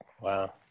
Wow